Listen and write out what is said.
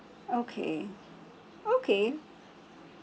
okay okay